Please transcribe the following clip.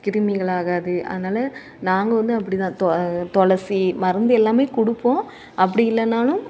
கிருமிகளாகாது அதனால் நாங்கள் வந்து அப்படிதான் துளசி மருந்து எல்லாமே கொடுப்போம் அப்படி இல்லைன்னாலும்